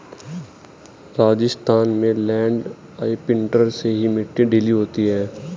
राजस्थान में land imprinter से ही मिट्टी ढीली होती है